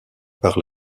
par